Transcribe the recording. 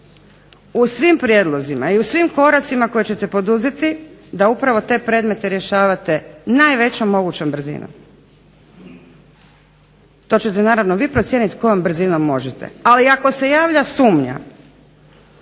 u svim prijedlozima i u svim koracima koje ćete poduzeti da upravo te predmete rješavate najvećom mogućom brzinom. To ćete naravno vi procijeniti kojom brzinom možete, ali ako se javlja sumnja,